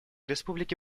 республики